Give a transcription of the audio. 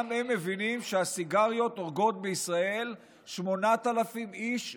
גם הם מבינים שהסיגריות הורגות בישראל 8,000 איש בשנה,